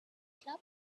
club